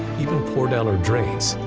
even pour down our drains,